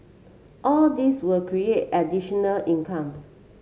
all these will create additional income